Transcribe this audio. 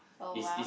oh !wow!